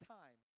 time